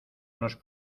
nos